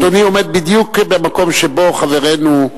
אדוני עומד בדיוק במקום שבו חברנו,